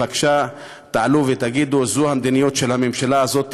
בבקשה תעלו ותגידו: זו המדיניות של הממשלה הזאת.